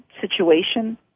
situation